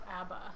ABBA